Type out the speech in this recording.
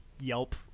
yelp